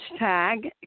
hashtag